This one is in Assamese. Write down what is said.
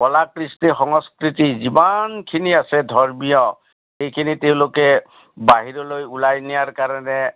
কলা কৃষ্টি সংস্কৃতি যিমানখিনি আছে ধৰ্মীয় সেইখিনি তেওঁলোকে বাহিৰলৈ ওলাই নিয়াৰ কাৰণে